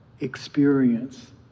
experience